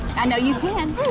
i know you can.